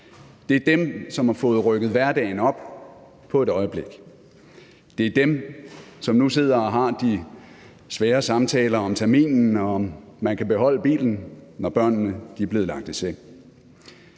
Det er dem, som har fået rykket hverdagen op på et øjeblik. Det er dem, som nu sidder og har de svære samtaler om terminen, og om man kan beholde bilen, når børnene er blevet lagt i seng.